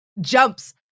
jumps